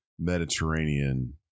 Mediterranean